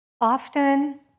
Often